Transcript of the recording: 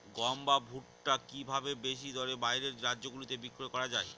গম বা ভুট্ট কি ভাবে বেশি দরে বাইরের রাজ্যগুলিতে বিক্রয় করা য়ায়?